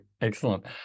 Excellent